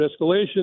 escalation